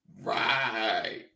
Right